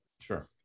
Sure